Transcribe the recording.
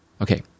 Okay